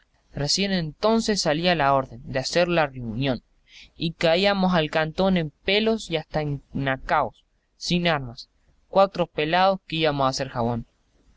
recién entonces salía la orden de hacer la riunión y caíbamos al cantón en pelos y hasta enancaos sin armas cuatro pelaos que íbamos a hacer jabón